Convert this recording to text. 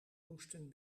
moesten